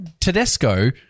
Tedesco